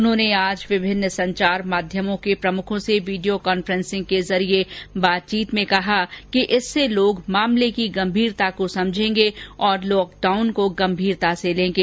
उन्होंने आज विभिन्न संचार माध्यमों के प्रमुखों से वीडियो कांफ्रेंसिंग के जरिए बातचीत में कहा कि इससे लोग मामले की गंभीरता को समझेंगे और लॉकडाउन को गंभीरता से लेंगे